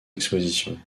expositions